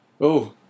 Oh